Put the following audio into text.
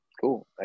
cool